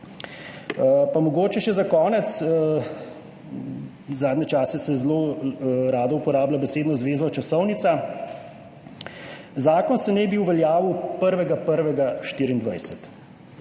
Pa mogoče še za konec. Zadnje čase se zelo rado uporablja besedno zvezo »časovnica«. Zakon se naj bi uveljavil 1. 1.